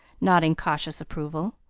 nodding cautious approval.